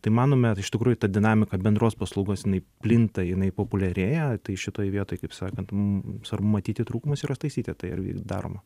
tai manome iš tikrųjų ta dinamika bendros paslaugos jinai plinta jinai populiarėja tai šitoj vietoj kaip sakant m svarbu matyti trūkumus ir juos taisyti tai ar daroma